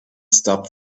stop